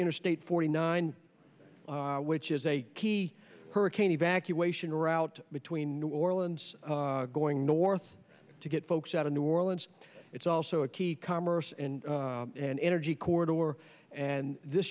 interstate forty nine which is a key hurricane evacuation route between new orleans going north to get folks out of new orleans it's also a key commerce and an energy corridor or and this